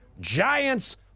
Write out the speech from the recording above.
Giants